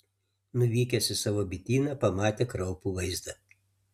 nuvykęs į savo bityną pamatė kraupų vaizdą